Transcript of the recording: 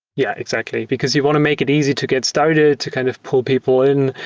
yeah, exactly. because you want to make it easy to get started, to kind of pull people in,